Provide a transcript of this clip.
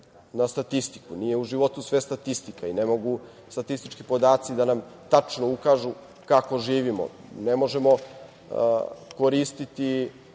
na statistiku. Nije u životu sve statistika i ne mogu statistički podaci da nam tačno ukažu kako živimo, ne možemo koristiti